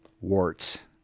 warts